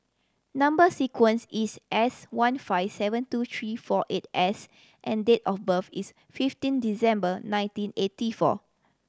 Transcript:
number sequence is S one five seven two three four eight S and date of birth is fifteen Disember nineteen eighty four